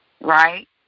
right